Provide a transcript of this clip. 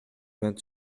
vingt